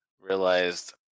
realized